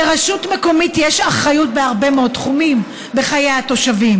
לרשות מקומית יש אחריות בהרבה מאוד תחומים בחיי התושבים,